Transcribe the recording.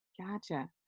gotcha